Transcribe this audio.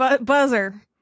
Buzzer